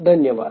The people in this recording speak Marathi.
धन्यवाद